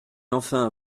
enfin